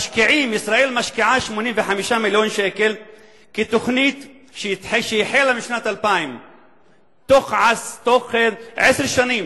ישראל משקיעה 85 מיליון שקל כתוכנית שהיא החלה בשנת 2000. בתוך עשר שנים